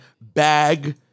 bag